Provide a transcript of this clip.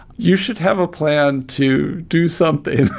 you should have a plan to do something